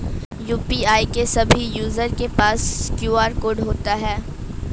UPI के सभी user के पास क्यू.आर कोड होता है